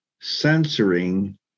censoring